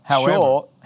sure